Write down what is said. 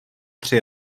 tři